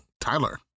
Tyler